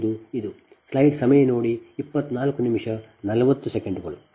u ಪಡೆಯುತ್ತೀರಿ ಸರಿ